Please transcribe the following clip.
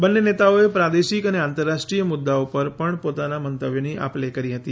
બંને નેતાઓએ પ્રાદેશિક અને આંતરરાષ્ટ્રીય મુદ્દાઓ પર પણ પોતાના મંતવ્યોની આપ લે કરી હતી